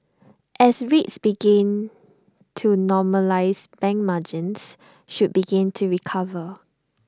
as rates begin to normalise bank margins should begin to recover